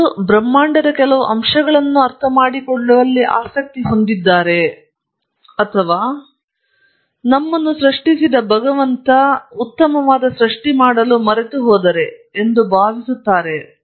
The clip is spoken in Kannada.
ಇದು ಬ್ರಹ್ಮಾಂಡದ ಕೆಲವು ಅಂಶಗಳನ್ನು ಅರ್ಥಮಾಡಿಕೊಳ್ಳುವಲ್ಲಿ ಆಸಕ್ತಿಯನ್ನು ಹೊಂದಿದೆಯೆ ಅಥವಾ ಉತ್ತಮ ದೇವರು ಸ್ರಶ್ಟಿ ಮಾಡಲು ಮರೆತುಹೋದರೇ ಎಂದು ಭಾವಿಸುತ್ತಿದ್ದೇನೆ